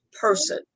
person